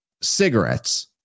cigarettes